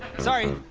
sorry!